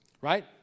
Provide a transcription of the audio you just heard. right